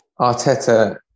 Arteta